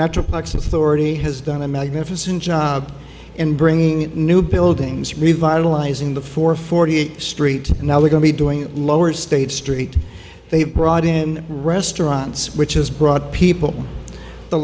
metroplex authority has done a magnificent job in bringing new buildings revitalizing before forty eighth street and now we're going to be doing lower state street they brought in restaurants which has brought people the